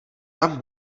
tam